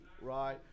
right